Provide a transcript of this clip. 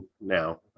now